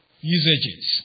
Usages